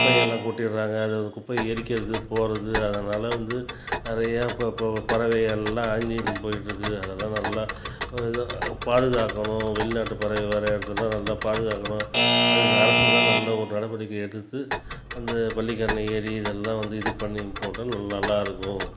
குப்பையெல்லாம் கொட்டிறாங்க அது குப்பையை எரிக்கிறது போகிறது அதனால் வந்து நிறையா இப்போ இப்போ பறவையெல்லாம் அங்கேயும் இங்கேயும் போயிற்றுக்கு அதனால் நல்லா பாதுகாக்கணும் வெளிநாட்டு பறவை வர இடத்துல நல்லா பாதுகாக்கணும் அதுக்கு அரசு தான் நல்ல ஒரு நடைவடிக்கை எடுத்து அந்த பள்ளிக்கரணை ஏரி இதெல்லாம் வந்து இது பண்ணி போட்டால் நல்லாயிருக்கும்